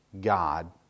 God